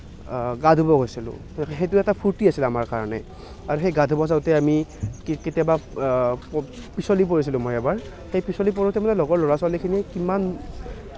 গা ধুব গৈছিলোঁ সেইটো এটা ফুৰ্তি আছিলে আমাৰ কাৰণে আৰু সেই গা ধুব যাওঁতে আমি কেতিয়াবা প পিছলি পৰিছিলোঁ মই এবাৰ সেই পিছলি পৰোঁতে মানে লগৰ ল'ৰা ছোৱালিখিনিয়ে কিমান